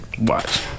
Watch